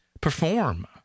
perform